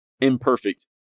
imperfect